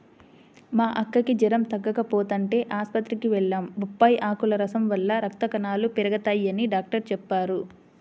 మా అక్కకి జెరం తగ్గకపోతంటే ఆస్పత్రికి వెళ్లాం, బొప్పాయ్ ఆకుల రసం వల్ల రక్త కణాలు పెరగతయ్యని డాక్టరు చెప్పారు